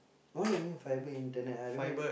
what do you mean fibre internet I don't get it